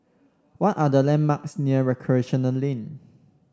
what are the landmarks near Recreation Lane